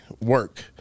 work